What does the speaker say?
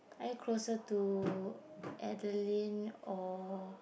I closer to Adeline or